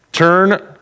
turn